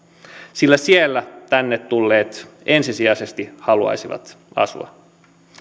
sillä siellä tänne tulleet ensisijaisesti haluaisivat asua